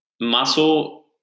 Muscle